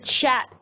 chat